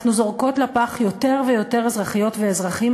אנחנו זורקות לפח יותר ויותר אזרחיות ואזרחים,